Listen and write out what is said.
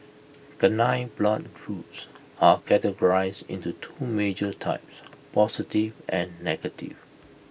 canine blood groups are categorised into two major types positive and negative